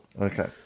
Okay